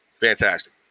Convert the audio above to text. Fantastic